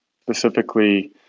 Specifically